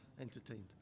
entertained